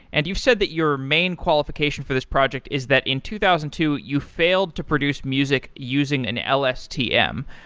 and you said that your main qualification for this project is that in two thousand and two you failed to produce music using an lstm.